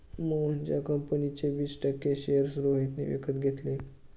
मोहनच्या कंपनीचे वीस टक्के शेअर्स रोहितने विकत घेतले